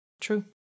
true